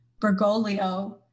Bergoglio